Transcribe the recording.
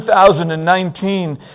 2019